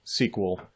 SQL